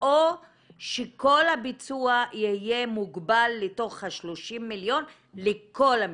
או שכל הביצוע יהיה מוגבל לתוך ה-30 מיליון לכל המשרדים?